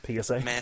PSA